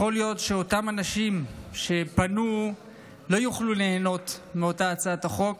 יכול להיות שאותם אנשים שפנו לא יוכלו ליהנות מאותה הצעת חוק,